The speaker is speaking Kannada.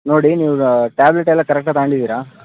ನೋಡಿ ನೀವು ಟ್ಯಾಬ್ಲೆಟ್ ಎಲ್ಲ ಕರೆಕ್ಟ್ ಆಗಿ ತಗೊಂಡಿದೀರಾ